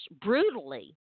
brutally